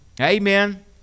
Amen